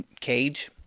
Cage